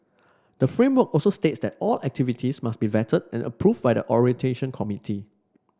the framework also states that all activities must be vetted and approved by the orientation committee